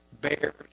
bears